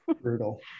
Brutal